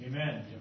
Amen